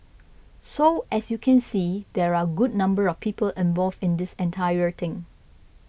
so as you can see there are a good number of people involved in this entire thing